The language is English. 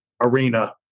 arena